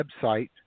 website